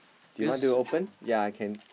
they want to open yea can